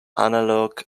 analogue